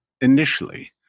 initially